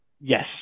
yes